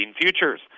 futures